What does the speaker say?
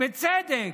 בצדק,